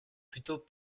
plutôt